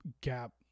gap